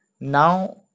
...now